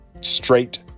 straight